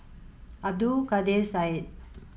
Abdul Kadir Syed